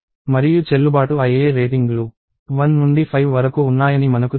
మరియు చెల్లుబాటు అయ్యే రేటింగ్లు 1 నుండి 5 వరకు ఉన్నాయని మనకు తెలుసు